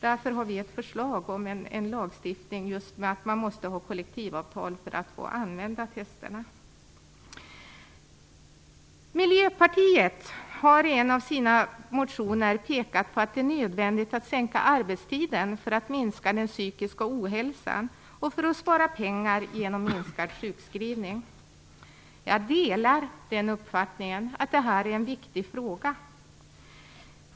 Därför har vi ett förslag om en lagstiftning som innebär just att det måste finnas kollektivavtal för att man skall få använda testerna. Miljöpartiet har i en av sina motioner pekat på att det är nödvändigt att sänka arbetstiden för att minska den psykiska ohälsan och för att spara pengar genom minskad sjukskrivning. Jag delar uppfattningen att det är en viktig fråga.